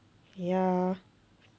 ya